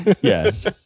Yes